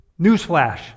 newsflash